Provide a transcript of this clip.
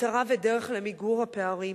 מטרה ודרך למיגור הפערים.